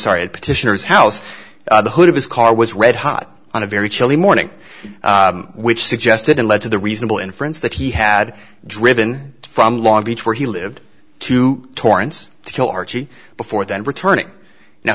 sorry petitioner's house the hood of his car was red hot on a very chilly morning which suggested and led to the reasonable inference that he had driven from long beach where he lived to torrance to kill archie before then returning now